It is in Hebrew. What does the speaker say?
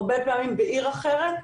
הרבה פעמים בעיר אחרת.